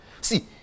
See